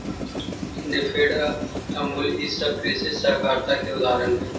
नेफेड, अमूल ई सब कृषि सहकारिता के उदाहरण हई